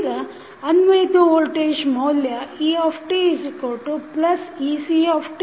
ಈಗ ಅನ್ವಯಿತ ವೋಲ್ಟೇಜ್ ಮೌಲ್ಯ etectLditdtRit